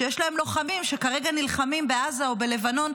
שיש להן לוחמים שכרגע נלחמים בעזה ובלבנון,